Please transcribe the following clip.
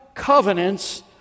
covenants